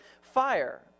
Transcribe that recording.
fire